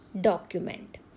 document